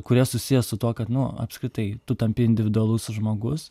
kurie susiję su tuo kad nu apskritai tu tampi individualus žmogus